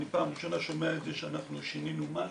אני פעם ראשונה שומע את זה שאנחנו שינינו משהו.